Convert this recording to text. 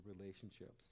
relationships